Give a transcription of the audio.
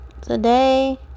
today